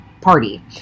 party